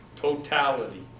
Totality